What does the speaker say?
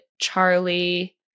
Charlie